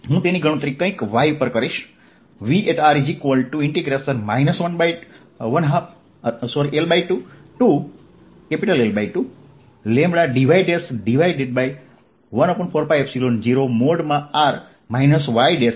હું તેની ગણતરી કોઈક Y પર કરીશ